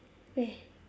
where